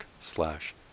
slash